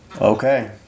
Okay